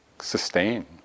sustain